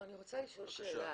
אני רוצה לשאול שאלה.